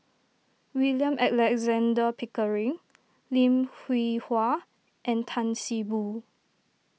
William Alexander Pickering Lim Hwee Hua and Tan See Boo